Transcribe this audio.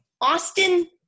Austin